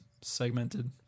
segmented